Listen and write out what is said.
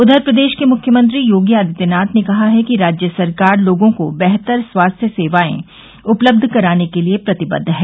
उधर प्रदेश के मुख्यमंत्री योगी आदित्यनाथ ने कहा है कि राज्य सरकार लोगों को बेहतर स्वास्थ्य सेवाएं उपलब्ध कराने के लिए प्रतिबद्व है